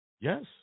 Yes